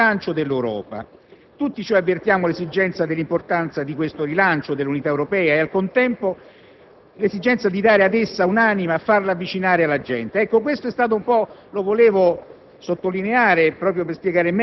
da parte di tutti noi, l'esigenza di un rilancio dell'Europa. Tutti avvertiamo la necessità e l'importanza di un rilancio dell'unità europea e, al contempo, l'esigenza di dare ad essa un'anima, di farla avvicinare alla gente. Ecco, questo è stato un po' - lo volevo